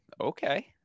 okay